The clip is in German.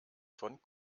von